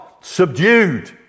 subdued